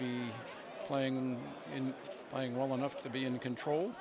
be playing and playing well enough to be in control